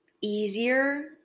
easier